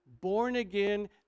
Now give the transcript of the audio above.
born-again